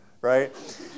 right